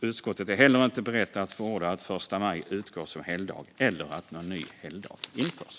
Utskottet är inte berett att förorda att första maj utgår som helgdag eller att någon ny helgdag införs.